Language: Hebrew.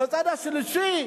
ומצד שלישי,